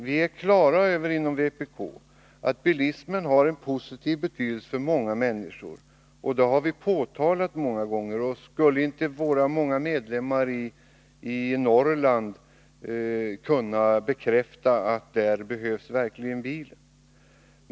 Vi är på det klara med inom vpk att bilismen har en positiv betydelse för många människor, och det har vi påtalat många gånger. Skulle inte våra många medlemmar i Norrland kunna bekräfta att bilen verkligen behövs där!